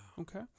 Okay